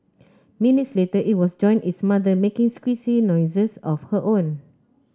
minutes later it was joined its mother making squeaky noises of her own